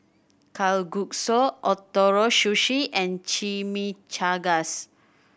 Kalguksu Ootoro Sushi and Chimichangas